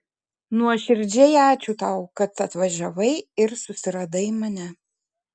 nuoširdžiai ačiū tau kad atvažiavai ir susiradai mane